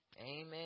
Amen